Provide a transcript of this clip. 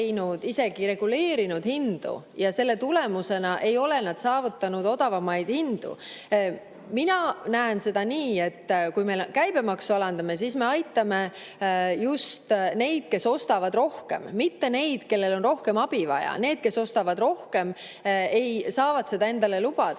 isegi reguleerinud hindu, aga selle tulemusena nad ei ole saavutanud odavamaid hindu. Mina näen seda nii, et kui me käibemaksu alandame, siis me aitame just neid, kes ostavad rohkem, mitte neid, kellel on rohkem abi vaja. Need, kes ostavad rohkem, saavad seda endale lubada